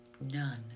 none